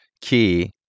key